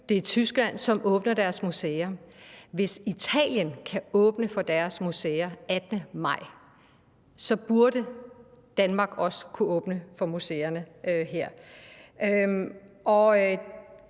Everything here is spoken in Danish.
vælger at åbne deres museer. Hvis Italien kan åbne for deres museer den 18. maj, burde Danmark også kunne åbne for museerne.